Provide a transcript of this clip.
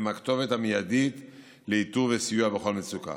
הם הכתובת המיידית לאיתור ולסיוע בכל מצוקה.